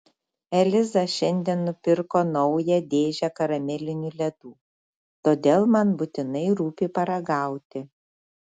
eliza šiandien nupirko naują dėžę karamelinių ledų todėl man būtinai rūpi paragauti